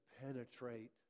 penetrate